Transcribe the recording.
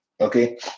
Okay